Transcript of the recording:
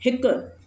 हिकु